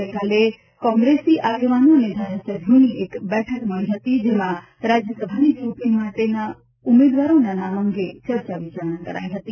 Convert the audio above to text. ગઇકાલે કોંગ્રેસ આગવાનો અને ધારાસભ્યોની એક બેઠક મળી હતી જેમાં રાજ્યસભાની ચૂંટણી માટે ઉમેદવારોના નામ અંગે ચર્ચા વિચારણા કરાઇ હતી